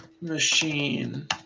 machine